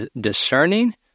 discerning